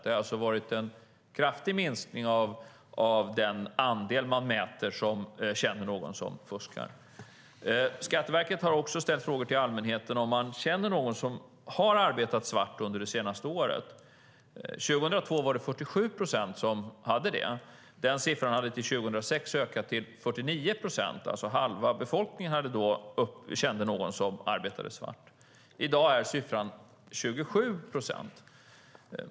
Det har alltså varit en kraftig minskning av den uppmätta andelen som känner någon som fuskar. Skatteverket har också ställt frågor till allmänheten ifall man känner någon som har arbetat svart under det senaste året. År 2002 var det 47 procent som gjorde det. Den siffran hade till 2006 ökat till 49 procent. Halva befolkningen kände alltså då någon som arbetade svart. I dag är siffran 27 procent.